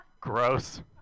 Gross